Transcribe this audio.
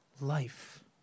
life